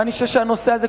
ואני חושב שהנושא הזה,